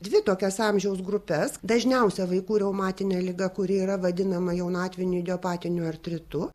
dvi tokias amžiaus grupes dažniausia vaikų reumatinė liga kuri yra vadinama jaunatviniu idiopatiniu artritu